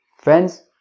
Friends